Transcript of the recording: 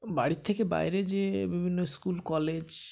বাড়ির থেকে বাইরে যেয়ে বিভিন্ন স্কুল কলেজ